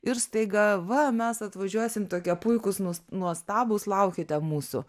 ir staiga va mes atvažiuosim tokie puikūs nus nuostabūs laukite mūsų